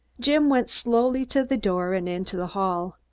jim went slowly to the door and into the hall.